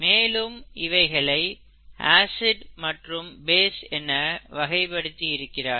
மேலும் இவைகளை ஆசிட் மற்றும் பேஸ் என வகைபடுத்தி இருக்கிறார்கள்